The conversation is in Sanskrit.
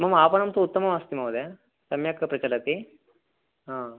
मम आपणं तु उत्तममस्ति महोदय सम्यक् प्रचलति हा